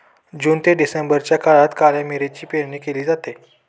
जून ते डिसेंबरच्या काळात काळ्या मिरीची पेरणी केली जाते